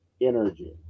energy